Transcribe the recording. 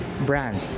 brand